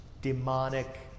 demonic